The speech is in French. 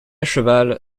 cheval